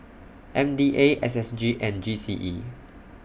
M D A S S G and G C E